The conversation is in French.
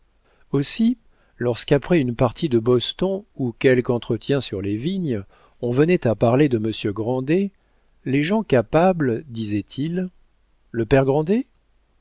aussi lorsqu'après une partie de boston ou quelque entretien sur les vignes on venait à parler de monsieur grandet les gens capables disaient-ils le père